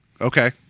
Okay